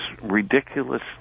ridiculous